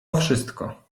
wszystko